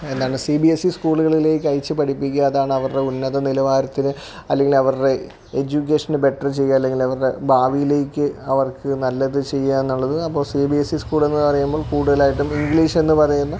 എന്താണ് C B S E സ്കൂളുകളിലേക്ക് അയച്ച് പഠിപ്പിക്കുക അതാണ് അവരുടെ ഉന്നത നിലവാരത്തിൽ അല്ലെങ്കിൽ അവരുടെ എഡ്യൂക്കേഷനെ ബെറ്റർ ചെയ്യുക അല്ലെങ്കിൽ അവരുടെ ഭാവിയിലേക്ക് അവർക്ക് നല്ലത് ചെയ്യുക എന്നുള്ളത് അപ്പം C B S E school എന്ന് പറയുമ്പം കൂടുതലായിട്ടും ഇംഗ്ലീഷ് എന്ന് പറയുന്നത്